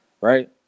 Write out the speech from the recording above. Right